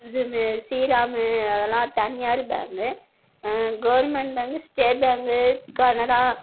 இது சீராம் அதலாம் தனியார் bank government bank state bank Canara